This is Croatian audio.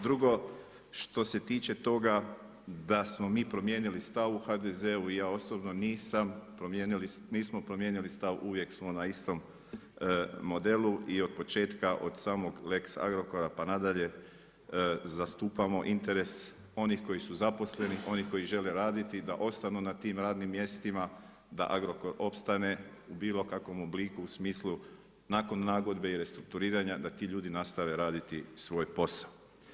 Drugo što se tiče toga da smo mi promijenili stav u HDZ-u i ja osobno, nismo promijenili stav, uvijek smo na istom modelu i otpočetka, od samo Lex Agrokora, pa nadalje, zastupamo interes onih koji su zaposleni, oni koji žele raditi, da ostanu na tim radnim mjestima, sa Agrokor opstane u bilo kakvom obliku i smislu nakon nagodbe i restrukturiranja da ti ljudi nastave raditi svoj posao.